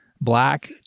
black